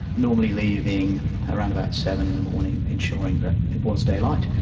normally leaving around about seven in the morning ensuring that it was daylight.